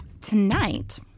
tonight